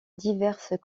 diverses